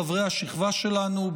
חברי השכבה שלנו,